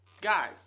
Guys